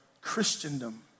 Christendom